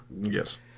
Yes